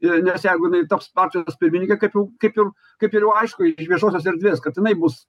i nes jeigu jinai taps partijos pirmininke kaip jau kaip jau kaip jau ir aišku iš viešosios erdvės kad jinai bus